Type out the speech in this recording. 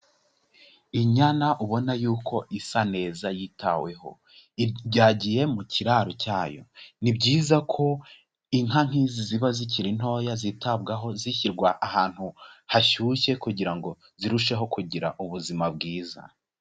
Inyana ubona yuko isa neza yitaweho, ibyagiye mu kiraro cyayo, ni byiza ko inka nk'izi ziba zikiri ntoya zitabwaho zishyirwa ahantu hashyushye kugira ngo zirusheho kugira ubuzima bwiza.